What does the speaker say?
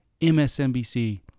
MSNBC